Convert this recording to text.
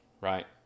right